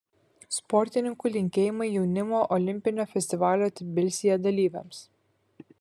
sportininkų linkėjimai jaunimo olimpinio festivalio tbilisyje dalyviams